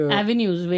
avenues